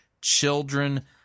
children